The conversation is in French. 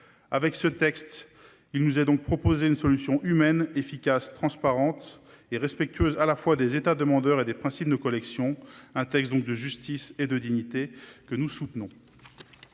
Avec ce texte, il nous est donc proposé une solution humaine, efficace, transparente et respectueuse à la fois des États demandeurs et des principes de nos collections. Nous soutenons ce texte de justice et de dignité. La parole est